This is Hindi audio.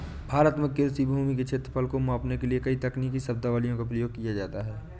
भारत में कृषि भूमि के क्षेत्रफल को मापने के लिए कई तकनीकी शब्दावलियों का प्रयोग किया जाता है